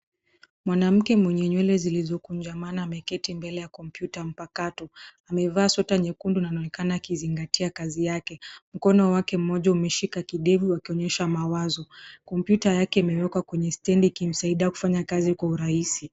Mwanamke mwenye nywele zilizokunjana ameketi mbele ya kompyuta mpakato. Amevaa suti nyekundu na anaonekana akizingatia kazi yake. Mkono wake mmoja umeshika kifaa cha kusogezea mawazo. Kompyuta yake imewekwa kwenye stendi kusaidia kufanya kazi kwa urahisi.